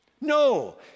No